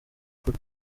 kure